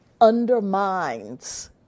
undermines